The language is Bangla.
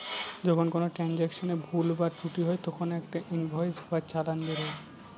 যখন কোনো ট্রান্সাকশনে ভুল বা ত্রুটি হয় তখন একটা ইনভয়েস বা চালান বেরোয়